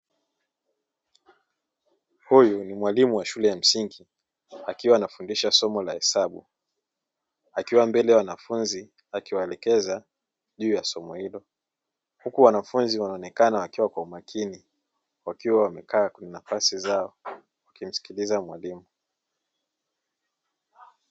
Huyu ni mwalimu wa shule ya msingi akiwa anfundisha somo la hesabu akiwa mbele ya wanafunzi akiwaelekeza juu ya somo hilo, huku wanafunzi wakionekana wapo makini wakiwa wamekaa katika nafasi zao wakimsikiliza mwalimu.